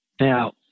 Now